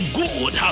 good